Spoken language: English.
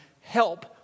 help